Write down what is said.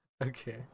Okay